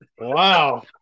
Wow